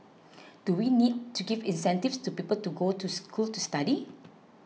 do we need to give incentives to people to go to school to study